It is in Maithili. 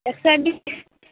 एक सए बीस